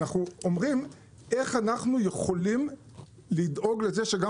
אנחנו אומרים איך אנחנו יכולים לדאוג לזה שגם